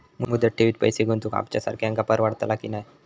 मुदत ठेवीत पैसे गुंतवक आमच्यासारख्यांका परवडतला की नाय?